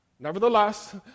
Nevertheless